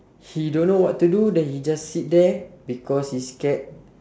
he don't know what to do then he just sit there because he scared